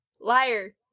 Liar